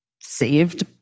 saved